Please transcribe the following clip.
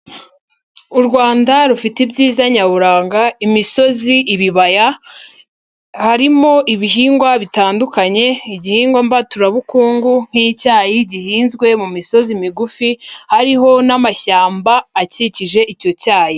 U Rwanda rufite ibyiza nyaburanga imisozi, ibibaya harimo ibihingwa bitandukanye, igihingwa mbaturabukungu nk'icyayi gihinzwe mu misozi migufi, hariho n'amashyamba akikije icyo cyayi.